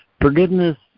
Forgiveness